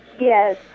Yes